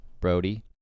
brody